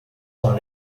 con